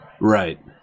Right